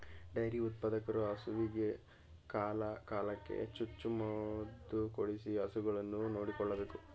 dairy ಉತ್ಪಾದಕರು ಹಸುವಿಗೆ ಕಾಲ ಕಾಲಕ್ಕೆ ಚುಚ್ಚು ಮದುಕೊಡಿಸಿ ಹಸುಗಳನ್ನು ನೋಡಿಕೊಳ್ಳಬೇಕು